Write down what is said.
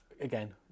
again